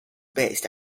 based